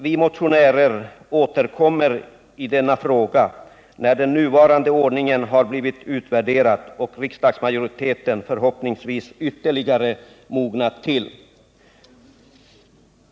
Vi motionärer avser att återkomma i denna fråga när den nuvarande ordningen har blivit utvärderad och riksdagsmajoriteten förhoppningsvis ytterligare mognat.